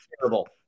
terrible